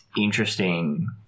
interesting